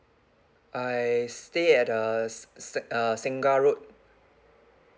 I stay at uh s~ si~ uh singa road